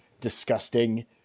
Disgusting